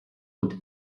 und